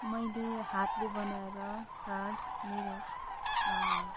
मैले हातले बनाएर कार्ड मेरो